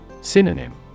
SYNONYM